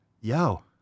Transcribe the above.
Yo